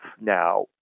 now